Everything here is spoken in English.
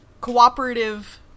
cooperative